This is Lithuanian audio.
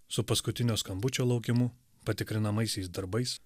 su paskutinio skambučio laukimu patikrinamaisiais darbais